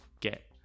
get